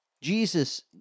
Jesus